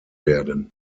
werden